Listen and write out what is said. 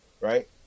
right